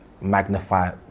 magnify